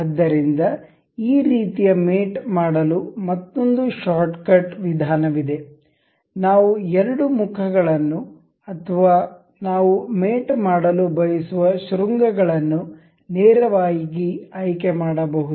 ಆದ್ದರಿಂದ ಈ ರೀತಿಯ ಮೇಟ್ ಮಾಡಲು ಮತ್ತೊಂದು ಶಾರ್ಟ್ಕಟ್ ವಿಧಾನವಿದೆ ನಾವು ಎರಡು ಮುಖಗಳನ್ನು ಅಥವಾ ನಾವು ಮೇಟ್ ಮಾಡಲು ಬಯಸುವ ಶೃಂಗಗಳನ್ನು ನೇರವಾಗಿ ಆಯ್ಕೆ ಮಾಡಬಹುದು